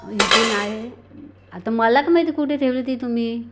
मग इथे नाही आहे आता मला काय माहिती कुठे ठेवली ती तुम्ही